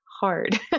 hard